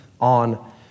on